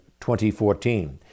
2014